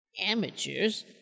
Amateurs